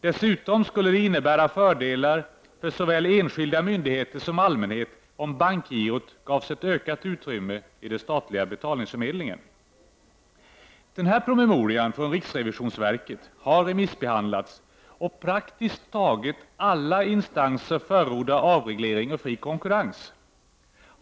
Dessutom skulle det innebära fördelar för såväl enskilda myndigheter som allmänhet om bankgirot gavs ett ökat utrymme i den statliga betalningsförmedlingen. Den här promemorian från riksrevisionsverket har remissbehandlats, och praktiskt taget alla instanser förordar avreglering och fri konkurrens.